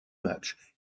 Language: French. matchs